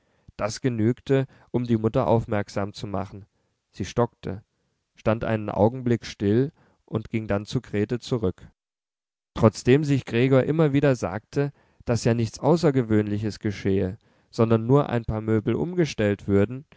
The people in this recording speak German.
das genügte um die mutter aufmerksam zu machen sie stockte stand einen augenblick still und ging dann zu grete zurück trotzdem sich gregor immer wieder sagte daß ja nichts außergewöhnliches geschehe sondern nur ein paar möbel umgestellt würden